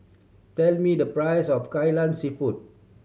tell me the price of Kai Lan Seafood